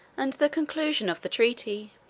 and the conclusion of the treaty